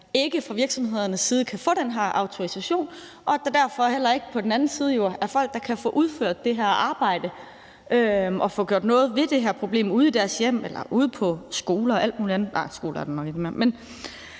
ikke fra virksomhedernes side kan få den her autorisation, og at der derfor heller ikke på den anden side er folk, der kan få udført det her arbejde og få gjort noget ved det her problem ude i deres hjem eller ude på skoler og alt mulig andet.